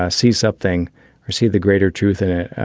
ah see something or see the greater truth in it.